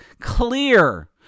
clear